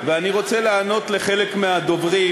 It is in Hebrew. ואני רוצה לענות לחלק מהדוברים.